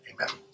Amen